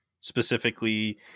specifically